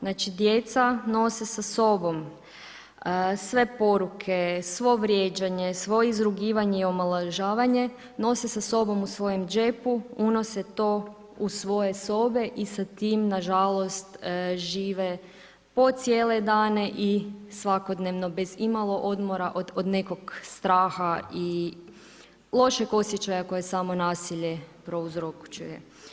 Znači djeca nose sa sobom sve poruke, svo vrijeđanje, svo izrugivanje i omalovažavanje, nose sa sobom u svojem džepu, unose to u svoje sobe i sa tim nažalost žive po cijele dane i svakodnevno, bez imalo odmora od nekog straha i lošeg osjećaja koje samo nasilje prouzročuje.